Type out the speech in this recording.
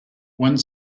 one